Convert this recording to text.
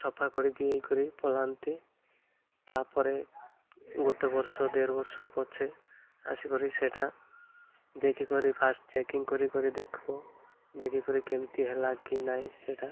ସଫାକରି ଦେଇକରି ପଲାନ୍ତି ତା'ପରେ ଗୋଟେ ବର୍ଷ ଦେଢ଼ ବର୍ଷ ପଛେ ଆସିକରି ସେଟା ଦେଖିକରି ଫାର୍ଷ୍ଟ୍ ଚେକିଂ କରି କରି ଦେଖ ଦେଖିକରି କେମିତି ହେଲା କି ନାଇଁ ସେଟା